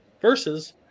versus